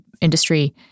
industry